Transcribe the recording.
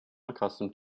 accustomed